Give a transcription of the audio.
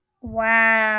Wow